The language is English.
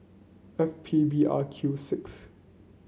F P B R Q six